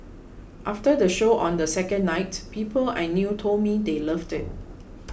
after the show on the second night people I knew told me they loved it